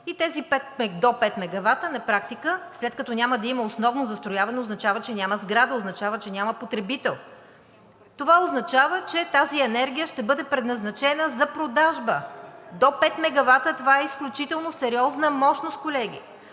и тези до пет мегавата на практика, след като няма да има основно застрояване, означава, че няма сграда, означава, че няма потребител, това означава, че тази енергия ще бъде предназначена за продажба. До пет мегавата – това е изключително сериозна мощност, колеги!